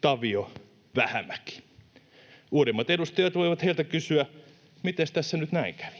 Tavio, Vähämäki. Uudemmat edustajat voivat heiltä kysyä, miten tässä nyt näin kävi.